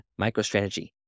MicroStrategy